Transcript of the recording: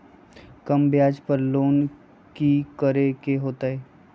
कम ब्याज पर लोन की करे के होतई?